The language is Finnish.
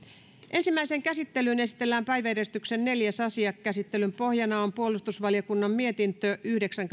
ensimmäiseen käsittelyyn esitellään päiväjärjestyksen neljäs asia käsittelyn pohjana on puolustusvaliokunnan mietintö yhdeksän